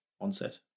onset